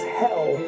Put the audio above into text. hell